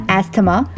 asthma